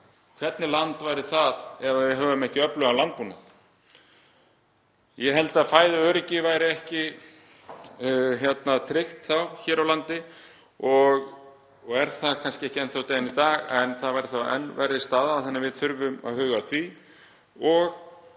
Hvernig land væri það ef við hefðum ekki öflugan landbúnað? Ég held að fæðuöryggi væri þá ekki tryggt hér á landi og það er það kannski ekki enn þann dag í dag, en það væri þó enn verri staða þannig að við þurfum að huga að því að